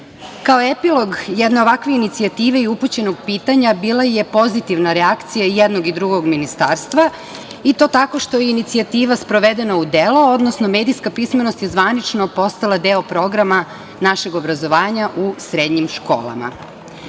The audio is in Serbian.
epilog jedne ovakve inicijative i upućenog pitanja, bila je pozitivna reakcija i jednog i drugog ministarstva, i to tako što je inicijativa sprovedena u delo, odnosno medijska pismenost je zvanično postala deo programa našeg obrazovanja u srednjim školama. Mi